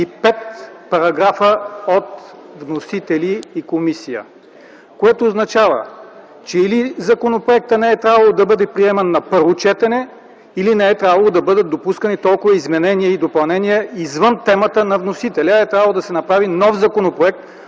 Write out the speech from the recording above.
35 параграфа от вносители и комисия. Това означава, че или законопроектът не е трябвало да бъде приеман на първо четене, или не е трябвало да бъдат допускани толкова изменения и допълнения извън темата на вносителя. Тези, които са мислили, че